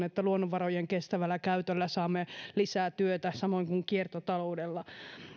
että luonnonvarojen kestävällä käytöllä saamme lisää työtä samoin kuin kiertotaloudella